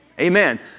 Amen